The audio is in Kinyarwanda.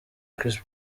chris